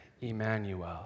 Emmanuel